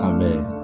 Amen